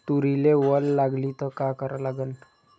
तुरीले वल लागली त का करा लागन?